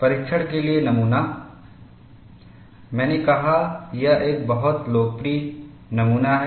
परीक्षण के लिए नमूना मैंने कहा यह एक बहुत लोकप्रिय नमूना है